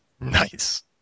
Nice